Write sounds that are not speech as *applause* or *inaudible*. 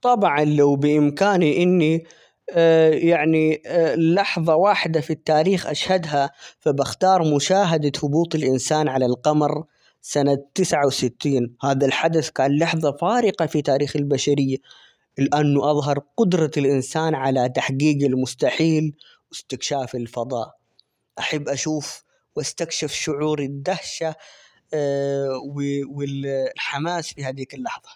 طبعا لو بإمكاني إني *hesitation* يعني *hesitation* لحظة واحدة في التاريخ أشهدها ، فبختار مشاهدة هبوط الإنسان على القمر سنة تسعة وستين، هذا الحدث كان لحظة فارقة في تاريخ البشرية، لأنه أظهر قدرة الإنسان على تحقيق المستحيل ،واستكشاف الفضاء، أحب أشوف ،واستكشف شعور الدهشة *hesitation* -و- وال *hesitation* الحماس في هديك اللحظة.